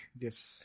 Yes